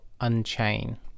Unchain